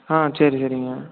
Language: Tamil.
ஆ சரி சரிங்க